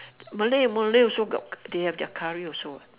malay malay also got they have their curry also what